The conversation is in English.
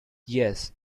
yes